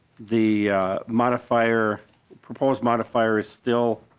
the modifier propose modifier is still